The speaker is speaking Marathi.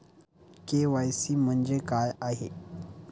के.वाय.सी म्हणजे काय आहे?